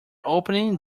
opening